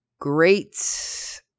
Great